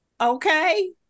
Okay